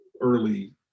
early